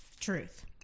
truth